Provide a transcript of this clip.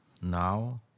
now